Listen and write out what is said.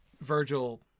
Virgil